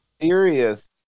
serious